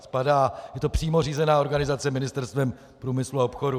Spadá, je to přímo řízená organizace Ministerstvem průmyslu a obchodu.